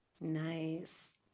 nice